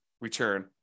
return